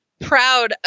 proud